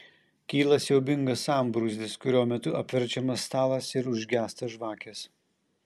kyla siaubingas sambrūzdis kurio metu apverčiamas stalas ir užgęsta žvakės